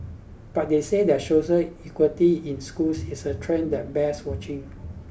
but they said that social inequality in schools is a trend that bears watching